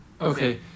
Okay